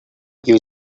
you